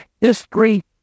history